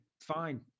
fine